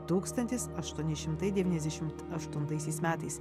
tūkstantis aštuoni šimtai devyniasdešimt aštuntaisiais metais